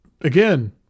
again